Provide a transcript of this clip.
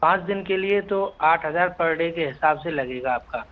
पाँच दिन के लिए तो आठ हज़ार पर डे के हिसाब से लगेगा आपका